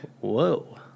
Whoa